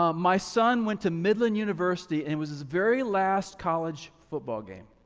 um my son went to midland university and it was his very last college football game.